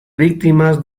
víctimas